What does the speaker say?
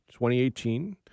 2018